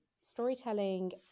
storytelling